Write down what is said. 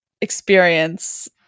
experience